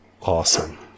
Awesome